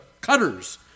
cutters